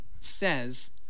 says